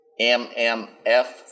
MMF